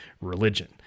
religion